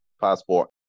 passport